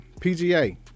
PGA